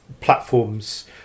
platforms